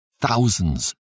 thousands